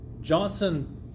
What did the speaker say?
Johnson